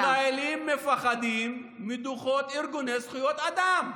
למה הישראלים מפחדים מדוחות ארגוני זכויות אדם.